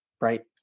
Right